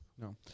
No